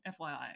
fyi